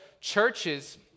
churches